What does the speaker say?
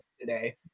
today